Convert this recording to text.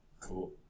Cool